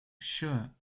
sure